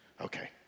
Okay